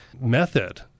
method